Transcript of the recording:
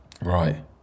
Right